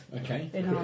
Okay